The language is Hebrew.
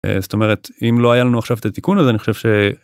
זאת אומרת אם לא היה לנו עכשיו את התיקון הזה אני חושב ש.